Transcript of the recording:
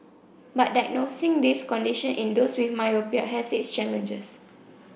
but diagnosing this condition in those with myopia has its challenges